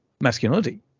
masculinity